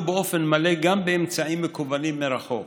באופן מלא גם באמצעים מקוונים מרחוק.